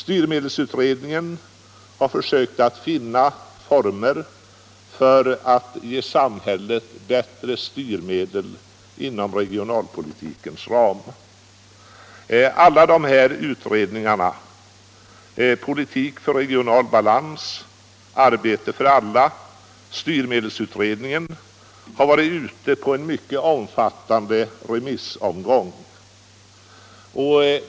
Styrmedelsutredningen har sökt finna former för att ge samhället bättre styrmedel inom regionalpolitikens ram. Alla dessa utredningar — Politik för regional balans, Arbete för alla och styrmedelsutredningen — har varit ute på en mycket omfattande remissomgång.